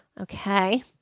Okay